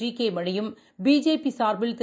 ஜிகேமணியும் BJP சாா்பில் திரு